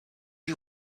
you